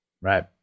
Right